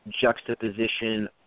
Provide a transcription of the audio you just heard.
juxtaposition